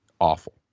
Awful